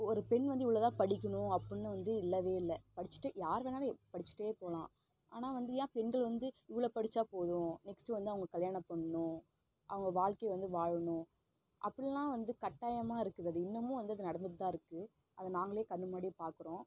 ஒரு பெண் வந்து இவ்வளோதான் படிக்கணும் அப்படின்னு வந்து இல்லவே இல்லை படிச்சுட்டு யார் வேணாலும் படிச்சுட்டே போகலாம் ஆனால் வந்து ஏன் பெண்கள் வந்து இவ்வளோ படித்தா போதும் நெக்ஸ்ட்டு வந்து அவங்க கல்யாணம் பண்ணணும் அவங்க வாழ்க்கையை வந்து வாழணும் அப்படிலாம் வந்து கட்டாயமாக இருக்குது அது இன்னமும் வந்து நடந்துகிட்தாருக்கு அது நாங்களே கண் முன்னாடியே பார்க்குறோம்